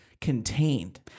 contained